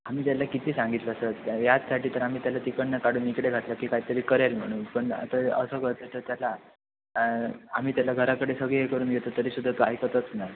आम्ही ज्याला किती सांगितलं स यासाठी तर आम्ही त्याला तिकडनं काढून इकडे घातलं की काहीतरी करेल म्हणून पण आता असं करत असतं त्याला आम्ही त्याला घराकडे सगळे हे करून घेतो तरीसुद्धा तो ऐकतच नाही